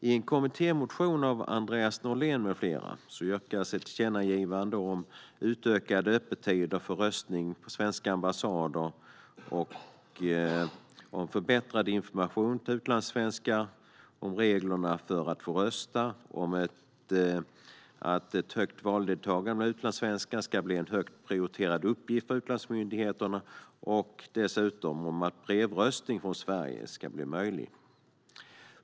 I en kommittémotion av Andreas Norlén med flera yrkas om tillkännagivanden om utökade öppettider för röstning på svenska ambassader, om förbättrad information till utlandssvenskar om reglerna för att få rösta, om att ett högt valdeltagande bland utlandssvenskar ska vara en högt prioriterad uppgift för utlandsmyndigheterna och dessutom om att brevröstning från Sverige ska bli möjlig.